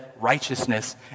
righteousness